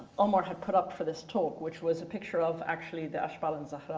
omar had put up for this talk which was a picture of actually the ashbal and zahrat.